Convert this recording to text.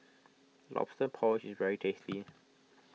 Lobster Porridge is very tasty